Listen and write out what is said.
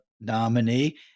nominee